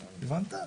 מרכזיים.